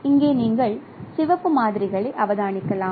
இங்கே நீங்கள் சிவப்பு மாதிரிகளை அவதானிக்கலாம்